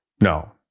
No